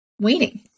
waiting